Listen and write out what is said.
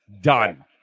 Done